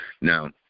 Now